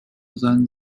than